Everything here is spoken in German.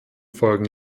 folgen